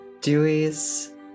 Dewey's